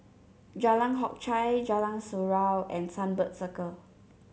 Jalan Hock Chye Jalan Surau and Sunbird Circle